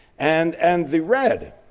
and and the red,